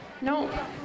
No